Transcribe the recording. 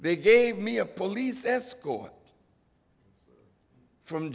they gave me a police escort from